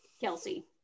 Kelsey